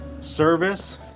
service